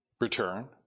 Return